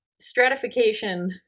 stratification